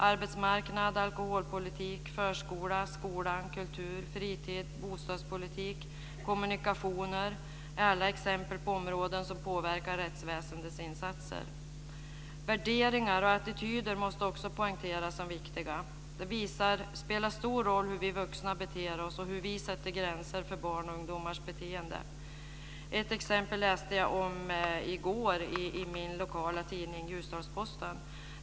Arbetsmarknad, alkoholpolitik, förskola, skola, kultur, fritid, bostadspolitik, kommunikationer är alla exempel på områden som påverkar rättsväsendets insatser. Värderingar och attityder måste också poängteras som viktiga. Det spelar stor roll hur vi vuxna beter oss och hur vi sätter gränser för barns och ungdomars beteende. Ett exempel läste jag om i går i min lokala tidning Ljusdals-Posten.